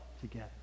together